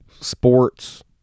Sports